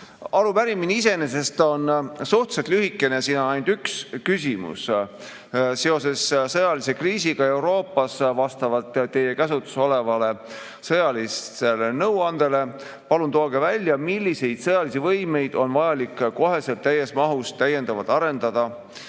Arupärimine iseenesest on suhteliselt lühikene, siin on ainult üks küsimus: "Seoses sõjalise kriisiga Euroopas vastavalt teie käsutuses olevale sõjalisele nõuandele, palun tooge välja, milliseid sõjalisi võimeid on vajalik koheselt täies mahus täiendavalt välja arendada,